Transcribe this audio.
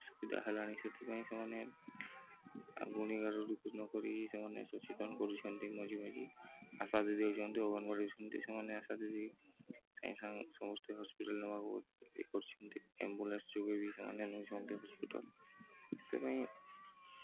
ସୁବିଧା ହେଲାଣି ସେଥିପାଇଁ ସେମାନେ ଆଉ ଗୁଣି ଗାରେଡ଼ି ନକରି ସେମାନେ ସଚେତନ କରୁଛନ୍ତି ମଝି ମଝିରେ ଆଶା ଦେଇ ଦେଉଛନ୍ତି ଅଙ୍ଗନବାଡ଼ି ଯାଉଛନ୍ତି ସେମାନେ ଆଶା ଦେଇ ଦେଇ ସାଙ୍ଗ ସମସ୍ତେ ହସ୍ପିଟାଲ ନେବାକୁ କରୁଛନ୍ତି ଆମ୍ବୁଲାନ୍ସ ଯୋଗେ ବି ସେମାନେ ନେଉଛନ୍ତି ହସ୍ପିଟାଲ ସେଥିପାଇଁ